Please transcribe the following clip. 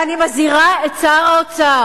ואני מזהירה את שר האוצר: